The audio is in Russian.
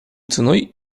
ценой